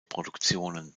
produktionen